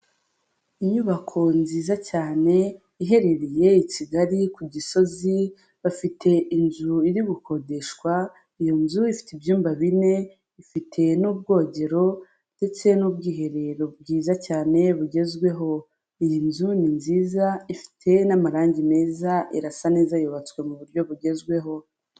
Inyubako nziza cyane iherereye i Kigali ku Gisozi bafite inzu iri gukodeshwa, iyo nzu ifite ibyumba bine ifite n'ubwogero ndetse n'ubwiherero bwiza cyane bugezweho, iyi nzu ni nziza ifite n'amarangi meza irasa neza yubatswe mu buryo bugezweho.